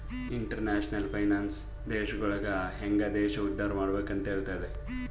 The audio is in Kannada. ಇಂಟರ್ನ್ಯಾಷನಲ್ ಫೈನಾನ್ಸ್ ದೇಶಗೊಳಿಗ ಹ್ಯಾಂಗ್ ದೇಶ ಉದ್ದಾರ್ ಮಾಡ್ಬೆಕ್ ಅಂತ್ ಹೆಲ್ತುದ